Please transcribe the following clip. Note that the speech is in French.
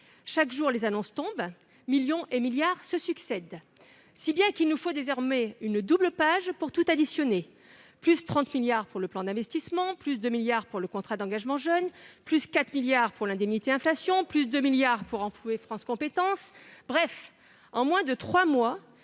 Chaque jour, les annonces tombent, les millions et milliards se succèdent, si bien qu'il faut désormais une double page pour tout additionner : +30 milliards pour le plan d'investissement, +2 milliards pour le contrat d'engagement jeune, +4 milliards pour l'indemnité inflation, +2 milliards pour renflouer France Compétences ... Bref, en moins de trois